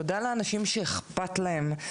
תודה לאנשים שאכפת להם,